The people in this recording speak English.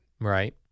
Right